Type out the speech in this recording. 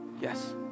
Yes